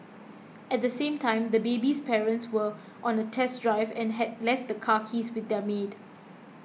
at the same time the baby's parents were on a test drive and had left the car keys with their maid